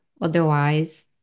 Otherwise